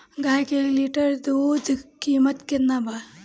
गाय के एक लीटर दूध कीमत केतना बा?